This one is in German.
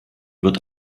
wird